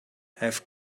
have